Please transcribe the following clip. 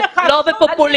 לא בפופוליזם.